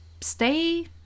stay